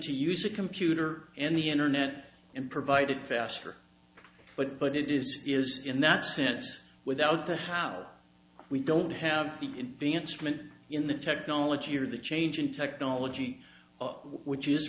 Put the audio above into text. to use a computer and the internet and provide it faster but but it is is in that sense without the how we don't have the instrument in the technology or the change in technology which is